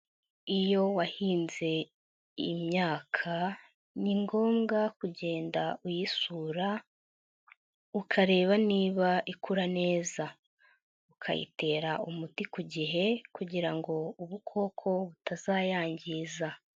Iyo wahinze imyaka ni ngombwa kugenda uyisura ukareba niba ikura neza, ukayitera umuti ku gihe kugira ngo ubukoko butazayangiza.